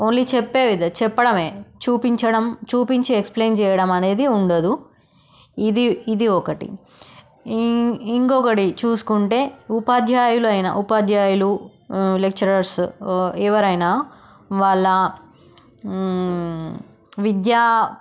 only చెప్పే చెప్పడమే చూపించడం చూపించి ఎక్స్ప్లెయిన్ చేయడం అనేది ఉండదు ఇది ఇది ఒకటి ఈ ఇంకొకటి చూసుకుంటే ఉపాధ్యాయులు అయినా ఉపాధ్యాయులు లెక్చరర్స్ ఎవరైనా వాళ్ళ విద్యా